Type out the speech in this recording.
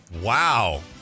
Wow